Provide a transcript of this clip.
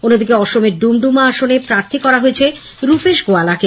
অন্যিদকে অসমের ডুমডুমা আসনে প্রার্থী করা হয়েছে রূপেশ গোয়ালকে